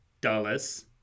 Dallas